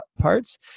parts